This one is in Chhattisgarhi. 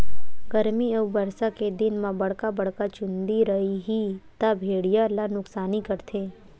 गरमी अउ बरसा के दिन म बड़का बड़का चूंदी रइही त भेड़िया ल नुकसानी करथे